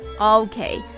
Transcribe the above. Okay